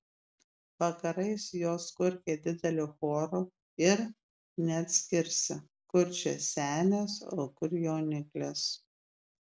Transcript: vakarais jos kurkia dideliu choru ir neatskirsi kur čia senės o kur jauniklės